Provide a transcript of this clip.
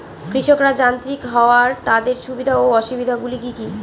কৃষকরা যান্ত্রিক হওয়ার তাদের সুবিধা ও অসুবিধা গুলি কি কি?